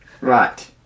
Right